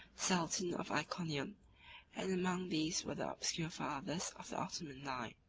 sultan of iconium and among these were the obscure fathers of the ottoman line.